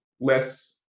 less